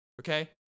Okay